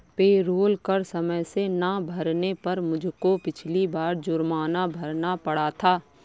payroll कर समय से ना भरने पर मुझको पिछली बार जुर्माना भरना पड़ा था